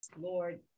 Lord